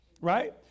right